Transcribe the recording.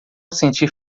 sentir